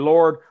Lord